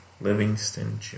Livingston